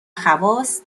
خواص